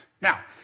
Now